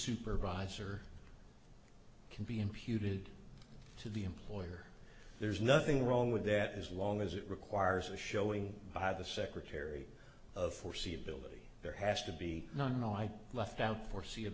supervisor can be imputed to the employer there's nothing wrong with that as long as it requires a showing by the secretary of foreseeability there has to be one no i left out foresee